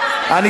מסתכל,